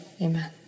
amen